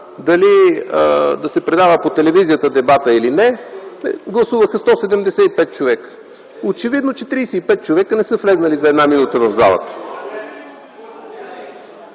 дебатът да се предава по телевизията или не, гласуваха 175 човека. Очевидно е, че 35 човека не са влезнали за една минута в залата.